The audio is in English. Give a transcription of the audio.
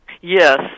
Yes